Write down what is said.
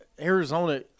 Arizona